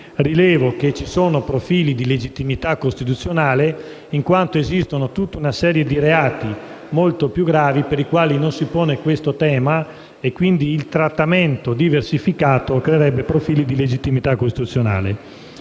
rilevo che ci sono profili di illegittimità costituzionale, in quanto esiste tutta una serie di reati molto più gravi per i quali non si pone questo tema, quindi il trattamento diversificato creerebbe profili di illegittimità costituzionale.